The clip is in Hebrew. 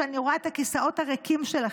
שאני רואה את הכיסאות הריקים שלכם,